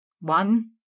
one